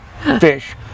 fish